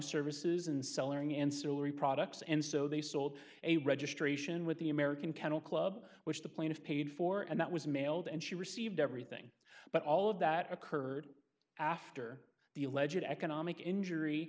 ancillary products and so they sold a registration with the american kennel club which the plaintiff paid for and that was mailed and she received everything but all of that occurred after the alleged economic injury